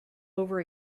over